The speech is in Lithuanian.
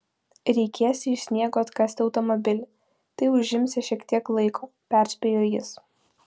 reikėsią iš sniego atkasti automobilį tai užimsią šiek tiek laiko perspėjo jis